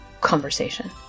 conversation